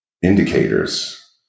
Indicators